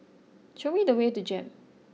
show we the way to Jem